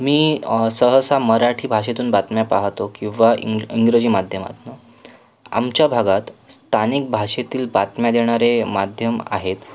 मी सहसा मराठी भाषेतून बातम्या पाहातो किंवा इंग्ल इंग्रजी माध्यमातनं आमच्या भागात स्थानिक भाषेतील बातम्या देणारे माध्यम आहेत